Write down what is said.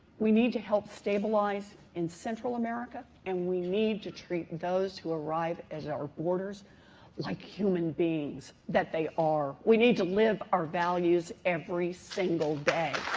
we need to help stabilize in central america, and we need to treat those who arrive as our borders like the human beings that they are. we need to live our values every single day.